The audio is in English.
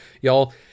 y'all